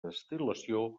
destil·lació